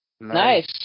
Nice